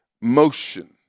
motion